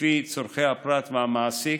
לפי צורכי הפרט והמעסיק,